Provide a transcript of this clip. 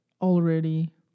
Already